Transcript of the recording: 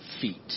feet